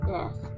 Yes